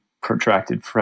protracted